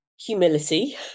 Humility